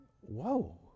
whoa